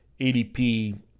ADP